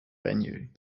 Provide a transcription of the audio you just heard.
venue